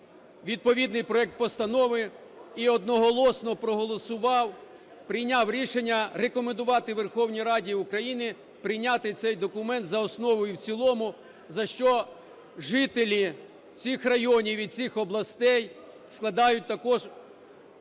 відповідний проект постанови і одноголосно проголосував, прийняв рішення рекомендувати Верховній Раді України прийняти цей документ за основу і в цілому, за що жителі цих районів і цих областей складають також